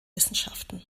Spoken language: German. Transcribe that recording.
wissenschaften